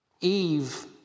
Eve